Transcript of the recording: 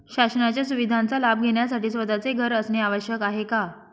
शासनाच्या सुविधांचा लाभ घेण्यासाठी स्वतःचे घर असणे आवश्यक आहे का?